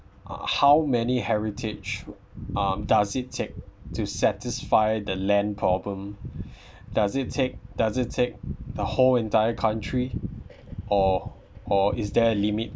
uh how many heritage um does it take to satisfy the land problem does it take does it take the whole entire country or or is there a limit